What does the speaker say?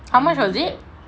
how much was it